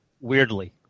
weirdly